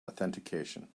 authentication